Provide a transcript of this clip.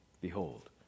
Behold